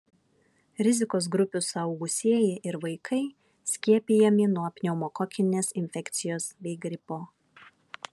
rizikos grupių suaugusieji ir vaikai skiepijami nuo pneumokokinės infekcijos bei gripo